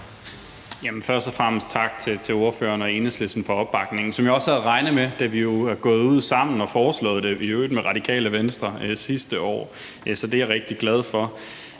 først og fremmest tak til ordføreren og Enhedslisten for opbakningen, som jeg også havde regnet med, da vi jo er gået ud sammen og har foreslået det, i øvrigt sammen med Radikale Venstre sidste år. Ordføreren stillede jo